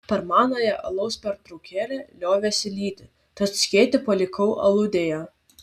per manąją alaus pertraukėlę liovėsi lyti tad skėtį palikau aludėje